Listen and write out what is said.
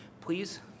please